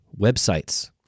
websites